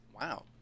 Wow